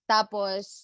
Tapos